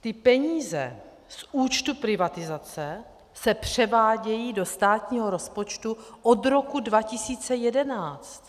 Ty peníze z účtu privatizace se převádějí do státního rozpočtu od roku 2011.